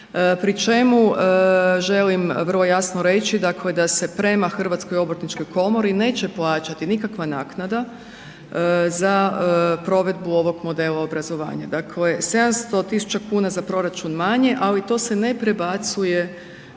pri čemu želim vrlo jasno reći dakle da se prema Hrvatskoj obrtničkoj komori neće plaćati nikakva naknada za provedbu ovog modela obrazovanja, dakle 700 000 kn za proračun manje ali to se ne prebacuje